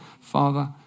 Father